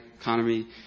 Economy